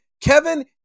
Kevin